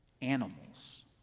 animals